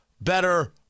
better